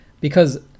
because-